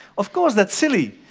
of course that's silly.